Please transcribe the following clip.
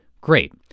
great